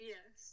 Yes